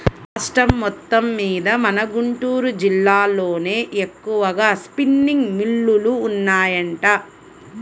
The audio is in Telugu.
రాష్ట్రం మొత్తమ్మీద మన గుంటూరు జిల్లాలోనే ఎక్కువగా స్పిన్నింగ్ మిల్లులు ఉన్నాయంట